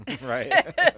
right